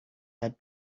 had